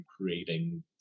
creating